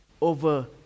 over